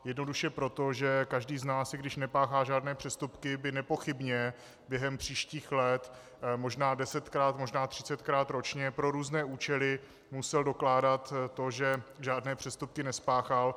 Jednoduše proto, že každý z nás, i když nepáchá žádné přestupky, by nepochybně během příštích let možná desetkrát, možná třicetkrát ročně pro různé účely musel dokládat to, že žádné přestupky nespáchal.